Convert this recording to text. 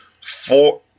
four